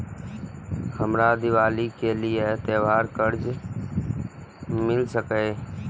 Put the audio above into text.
हमरा दिवाली के लिये त्योहार कर्जा मिल सकय?